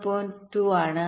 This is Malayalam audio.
2 ആണ്